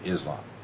Islam